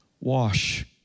wash